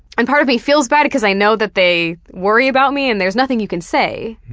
and part of me feels bad because i know that they worry about me and there's nothing you can say.